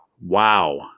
Wow